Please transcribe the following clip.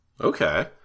Okay